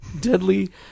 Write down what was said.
Deadly